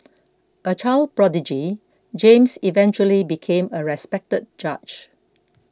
a child prodigy James eventually became a respected judge